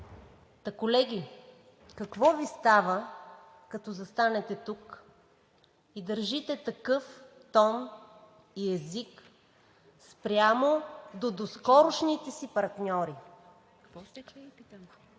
колеги, какво Ви става, като застанете тук и държите такъв тон и език спрямо доскорошните си партньори? Мисля, че не